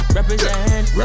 Represent